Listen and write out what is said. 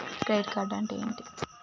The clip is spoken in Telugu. క్రెడిట్ కార్డ్ అంటే ఏమిటి?